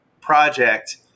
project